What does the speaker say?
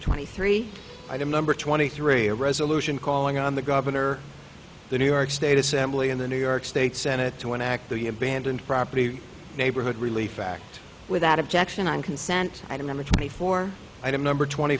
twenty three item number twenty three a resolution calling on the governor the new york state assembly and the new york state senate to enact the abandoned property neighborhood relief act without objection on consent i remember twenty four item number twenty